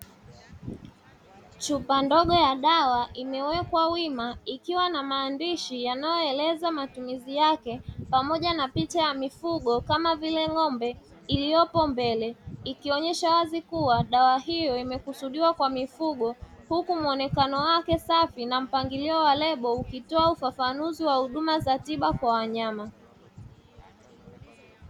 Chupa ndogo ya dawa imewekwa wima ikiwa na maandishi yanayoeleza matumizi yake pamoja na picha ya mifugo kama vile ng'ombe iliyopo mbele ikionyesha wazi kuwa dawa hiyo imekusudiwa kwa mifugo huku muonekano wake safi na mpangilio wa lebo ukitoa ufafanuzi wa huduma za tiba kwa wanyama.